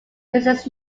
princess